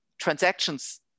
transactions